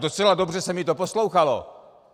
Docela dobře se mi to poslouchalo.